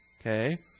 Okay